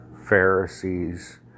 Pharisees